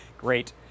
Great